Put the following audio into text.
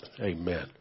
Amen